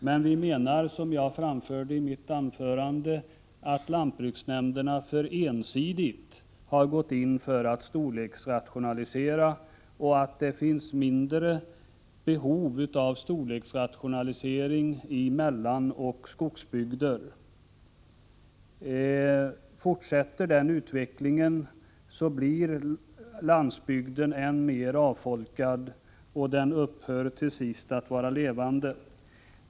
Men vi menar, som jag framförde i mitt första anförande, att lantbruksnämnderna för ensidigt har gått in för att storleksrationalisera och att det finns mindre behov av storleksrationalisering i mellanoch skogsbygder. Fortsätter den utvecklingen, blir landsbygden än mer avfolkad, och den upphör till sist att vara levande.